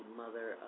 mother